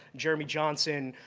jeremy johnson,